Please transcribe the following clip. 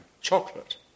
Chocolate